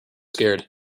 scared